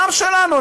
גם שלנו,